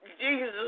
Jesus